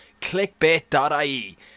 Clickbait.ie